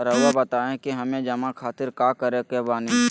रहुआ बताइं कि हमें जमा खातिर का करे के बानी?